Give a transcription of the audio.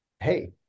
hey